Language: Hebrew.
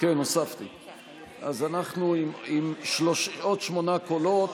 אז אנחנו עם עוד שמונה קולות.